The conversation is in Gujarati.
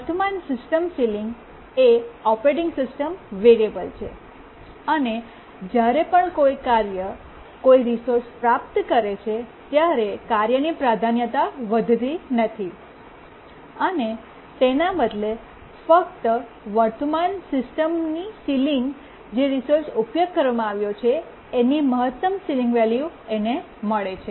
વર્તમાન સિસ્ટમ સીલીંગ એ ઓપરેટિંગ સિસ્ટમ વેરિયેબલ છે અને જ્યારે પણ કોઈ કાર્ય કોઈ રિસોર્સ પ્રાપ્ત કરે છે ત્યારે કાર્યની પ્રાધાન્યતા વધતી નથી અને તેના બદલે ફક્ત વર્તમાન સિસ્ટમની સીલીંગ જે રિસોર્સ ઉપયોગ કરવામાં આવ્યો છે એની મહત્તમ સીલીંગ વેલ્યુ એને મળે છે